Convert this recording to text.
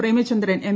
Premachandran M